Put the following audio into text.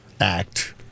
act